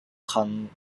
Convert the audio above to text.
conducive